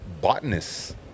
botanists